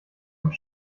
und